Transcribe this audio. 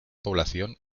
población